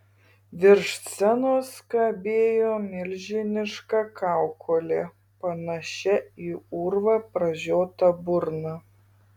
virš scenos kabėjo milžiniška kaukolė panašia į urvą pražiota burna